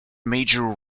major